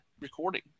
recording